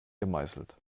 gemeißelt